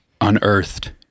unearthed